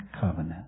covenant